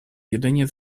jedynie